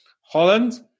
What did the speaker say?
Holland